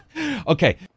Okay